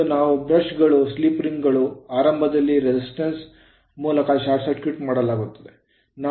ಮತ್ತು ಇವು ಬ್ರಷ್ ಗಳು ಸ್ಲಿಪ್ ರಿಂಗ್ ಗಳು ಆರಂಭದಲ್ಲಿ resistance ಪ್ರತಿರೋಧದ ಮೂಲಕ ಶಾರ್ಟ್ ಮಾಡಲಾಗುತ್ತದೆ